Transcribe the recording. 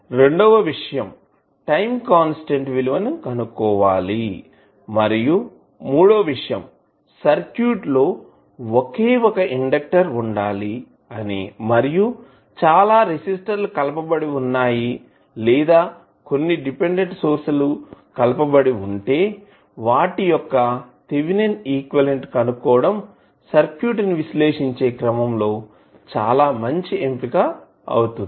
రెండవ విషయం time constant విలువ ని కనుక్కోవాలి మరియు మూడో విషయం సర్క్యూట్ లో ఒకే ఒక ఇండెక్టర్ ఉండాలి అని మరియు చాలా రెసిస్టర్ లు కలుపబడి ఉన్నాయి లేదా కొన్ని డిపెండెంట్ సోర్స్ లు కలపబడి ఉంటే వాటి యొక్క థేవినిన్ ఈక్వివలెంట్ ని కనుక్కోవడం సర్క్యూట్ ని విశ్లేషించే క్రమంలో చాలా మంచి ఎంపిక అవుతుంది